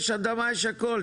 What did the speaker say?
יש אדמה יש הכל,